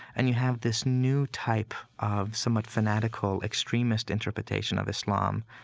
and you have this new type of somewhat fanatical, extremist interpretation of islam,